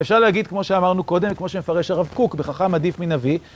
אפשר להגיד, כמו שאמרנו קודם, כמו שמפרש הרב קוק, בחכם עדיף מנביא,